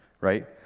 Right